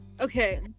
okay